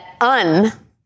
un